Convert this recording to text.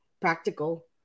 practical